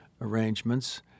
arrangements